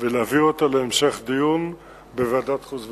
ולהביא אותה להמשך דיון בוועדת חוץ וביטחון.